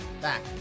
back